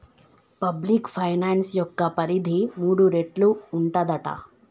public finance యొక్క పరిధి మూడు రేట్లు ఉంటదట